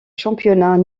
championnat